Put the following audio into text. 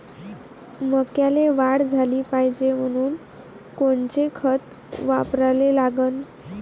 मक्याले वाढ झाली पाहिजे म्हनून कोनचे खतं वापराले लागन?